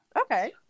Okay